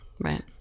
right